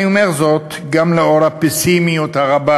אני אומר זאת גם לאור הפסימיות הרבה